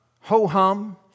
ho-hum